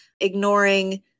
ignoring